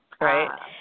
right